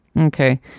okay